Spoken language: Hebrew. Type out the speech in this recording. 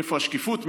איפה השקיפות?